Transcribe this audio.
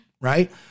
right